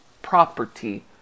Property